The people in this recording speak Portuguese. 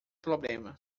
problema